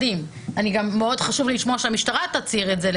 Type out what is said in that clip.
גם מאוד חשוב לי לשמוע הצהרה כזו של